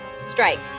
strike